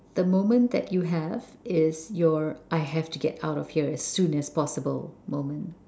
the moment that you have is your I have to get out of here as soon as possible moment